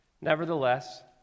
Nevertheless